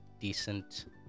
decent